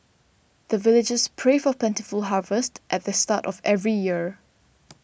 the villagers pray for plentiful harvest at the start of every year